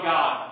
God